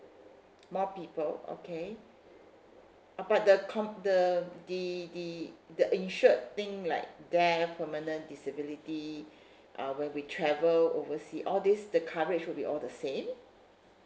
more people okay uh but the com~ the the the the insured thing like death permanent disability uh when we travel oversea all these the coverage will be all the same